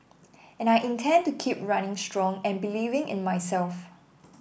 and I intend to keep running strong and believing in myself